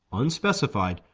unspecified,